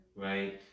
Right